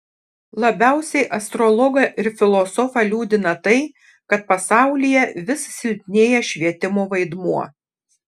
labiausiai astrologą ir filosofą liūdina tai kad pasaulyje vis silpnėja švietimo vaidmuo